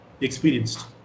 experienced